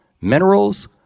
minerals